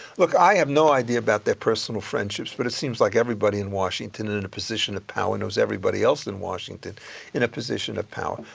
look, i have no idea about their personal friendships, but it seems like everybody in washington in in a position of power knows everybody else in washington in a position of power,